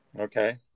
Okay